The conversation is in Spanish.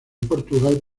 portugal